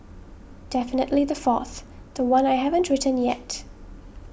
definitely the fourth the one I haven't written yet